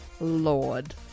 lord